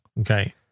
Okay